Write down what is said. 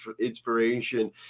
inspiration